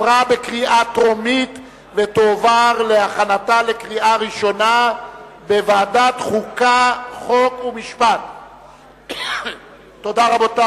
לדיון מוקדם בוועדת החוקה, חוק ומשפט נתקבלה.